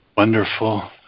Wonderful